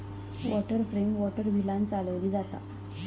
water frame water व्हीलांन चालवली जाता